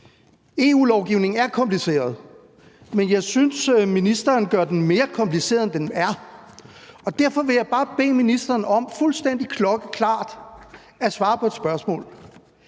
EU-lovgivning er kompliceret, men jeg synes, at ministeren gør den mere kompliceret, end den er, og derfor vil jeg bare bede ministeren om fuldstændig klokkeklart at svare på et spørgsmål: